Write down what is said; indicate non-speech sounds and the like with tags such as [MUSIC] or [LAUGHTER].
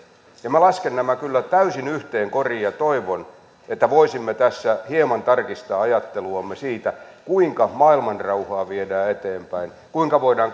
minä lasken nämä kyllä täysin yhteen koriin ja toivon että voisimme tässä hieman tarkistaa ajatteluamme siitä kuinka maailmanrauhaa viedään eteenpäin kuinka voidaan [UNINTELLIGIBLE]